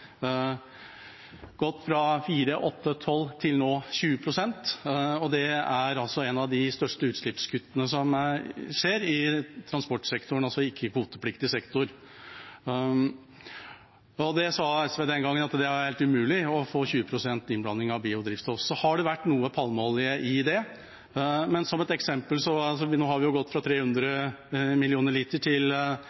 gått fra 4 til 8, 12 og nå 20 pst. Det er et av de største utslippskuttene som skjer i transportsektoren, altså i ikke-kvotepliktig sektor. Om det sa SV den gangen at det er helt umulig å få 20 pst. innblanding av biodrivstoff. Så har det vært noe palmeolje i det. Men som et eksempel: Vi har gått fra 300